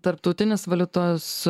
tarptautinis valiutos